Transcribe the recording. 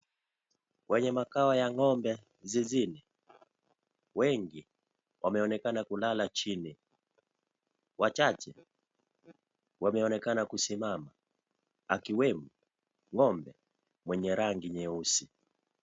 Kwenye makao ya ng'ombe zizini wengi wameonekana kulala chini, wachache wameonekana kusimama akiwemo ng'ombe mwenye rangi nyeusi.